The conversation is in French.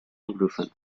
anglophone